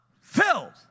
Filled